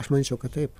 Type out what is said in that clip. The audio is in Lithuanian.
aš mačiau kad taip